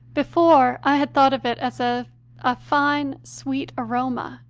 before i had thought of it as of a fine, sweet aroma,